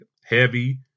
heavy